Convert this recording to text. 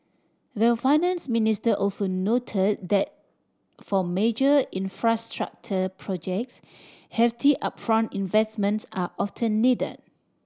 the Finance Minister also noted that for major infrastructure projects hefty upfront investments are often needed